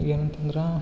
ಏನಂತಂದ್ರೆ